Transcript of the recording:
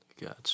gotcha